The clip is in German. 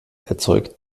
erzeugt